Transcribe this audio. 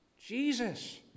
Jesus